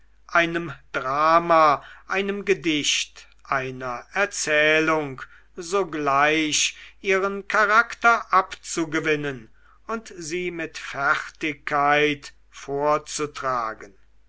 einem drama einem gedicht einer erzählung sogleich ihren charakter abzugewinnen und sie mit fertigkeit vorzutragen